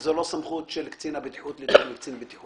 זו לא סמכות של קצין הבטיחות- -- שאיננו.